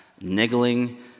niggling